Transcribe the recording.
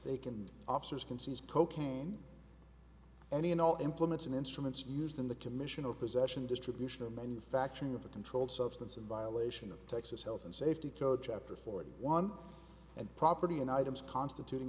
they can officers can seize cocaine any and all implements in instruments used in the commission of possession distribution or manufacturing of a controlled substance in violation of texas health and safety coach after forty one and property and items constituti